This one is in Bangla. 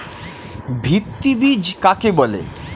ভিত্তি বীজ কাকে বলে?